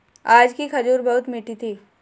आज की खजूर बहुत मीठी थी